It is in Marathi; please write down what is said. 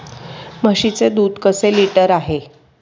म्हशीचे दूध कसे लिटर आहे?